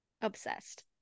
obsessed